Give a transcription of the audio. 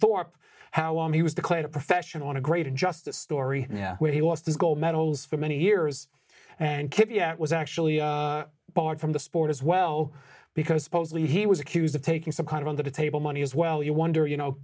thorpe how long he was declared a professional integrated just a story yeah where he lost his gold medals for many years and kiviat was actually barred from the sport as well because supposedly he was accused of taking some kind of on the table money as well you wonder you know